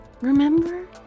Remember